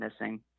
missing